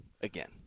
Again